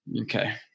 okay